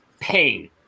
pain